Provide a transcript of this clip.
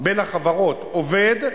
בין החברות, עובד,